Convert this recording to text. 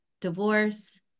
divorce